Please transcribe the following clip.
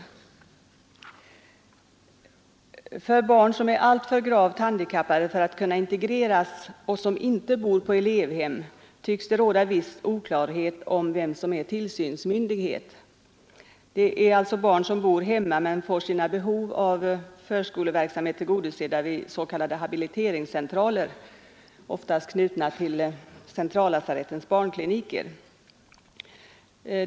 När det gäller barn som är alltför gravt handikappade för att kunna integreras och som inte bor på elevhem tycks det råda viss oklarhet om vem som är tillsynsmyndighet. Det gäller alltså barn som bor hemma men som får sina behov av förskoleverksamhet tillgodosedda vid s.k. habiliteringscentraler, oftast knutna till centrallasarettens barnkliniker.